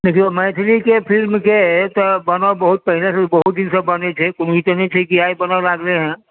देखिऔ मैथिलीके फिल्म जे तऽ बनब बहुत पहिने बहुत दिनसंँ बनैत छै कोनो ई तऽ नहि छै आइ बनै लागलै हँ